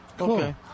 Okay